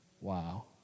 Wow